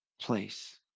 place